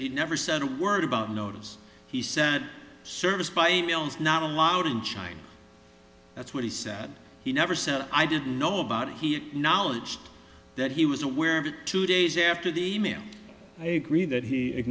he never said a word about notice he said service by email is not allowed in china that's what he said he never said i didn't know about it he acknowledged that he was aware of it two days after the email i agree that he